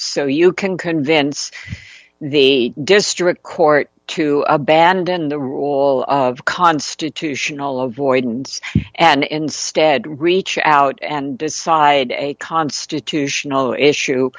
so you can convince the district court to abandon the rule of constitutional avoidance and instead reach out and decide a constitutional issue